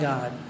God